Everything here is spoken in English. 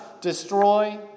destroy